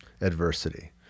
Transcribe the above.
Adversity